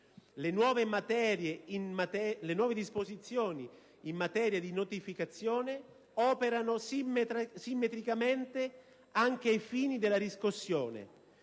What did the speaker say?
Le nuove disposizioni in materia di notificazione operano simmetricamente anche ai fini della riscossione.